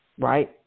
right